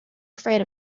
afraid